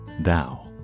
Thou